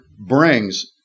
brings